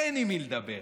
אין עם מי לדבר,